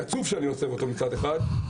אני עצוב שאני עוזב אותו מצד אחד,